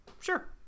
Sure